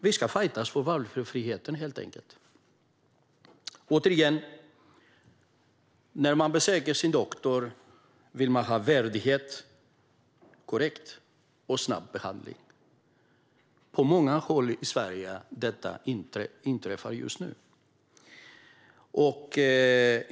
Vi ska fajtas för valfriheten. När man besöker sin doktor vill man få ett värdigt bemötande och en korrekt och snabb behandling. På många håll i Sverige inträffar detta inte just nu.